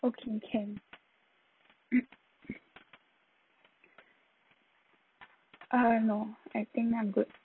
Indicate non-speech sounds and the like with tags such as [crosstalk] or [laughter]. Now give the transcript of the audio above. okay can [noise] uh no I think I'm good